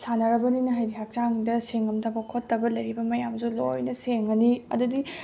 ꯁꯥꯟꯅꯔꯕꯅꯤꯅ ꯍꯥꯏꯗꯤ ꯍꯛꯆꯥꯡꯗ ꯁꯦꯡꯉꯝꯗꯕ ꯈꯣꯠꯇꯕ ꯂꯩꯔꯤꯕ ꯃꯌꯥꯝꯁꯨ ꯂꯣꯏꯅ ꯁꯦꯡꯉꯅꯤ ꯑꯗꯨꯗꯒꯤ